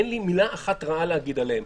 אין לי מילה אחת רעה להגיד עליהם,